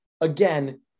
again